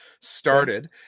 started